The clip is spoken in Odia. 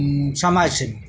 ସମାଜସେବୀ